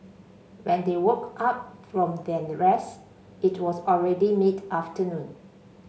when they woke up from their rest it was already mid afternoon